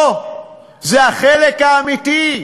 פה זה החלק האמיתי,